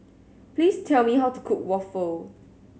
please tell me how to cook waffle